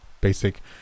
Basic